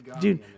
Dude